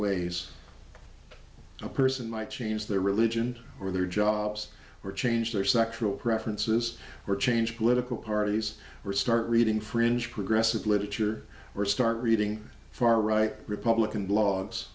ways a person might change their religion or their jobs or change their sexual preferences or change political parties or start reading fringe progressive literature or start reading far right republican blo